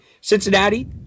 Cincinnati